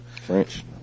French